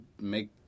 make